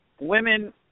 women